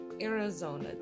Arizona